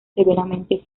severamente